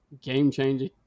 game-changing